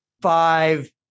five